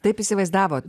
taip įsivaizdavot